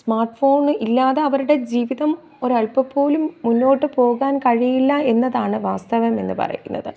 smart phone ഇല്ലാതെ അവരുടെ ജീവിതം ഒരൽപ്പം പോലും മുന്നോട്ട് പോകാൻ കഴിയില്ല എന്നതാണ് വാസ്തവവെന്ന് പറയുന്നത്